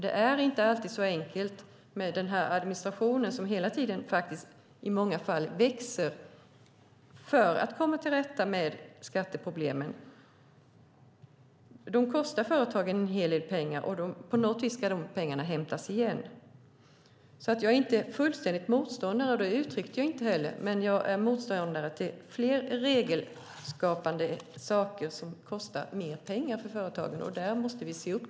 Det är inte alltid så enkelt med denna administration, som i många fall hela tiden växer, för att komma till rätta med skatteproblemen. Detta kostar företagen en hel del pengar, och på något sätt ska dessa pengar hämtas in igen. Jag är inte helt motståndare till detta, vilket jag inte heller uttryckte, men jag är motståndare till mer regelskapande som kostar mer pengar för företagen, och där måste vi se upp.